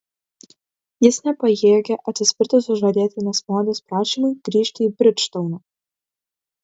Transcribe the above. jis nepajėgia atsispirti sužadėtinės modės prašymui grįžti į bridžtauną